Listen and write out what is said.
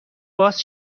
باز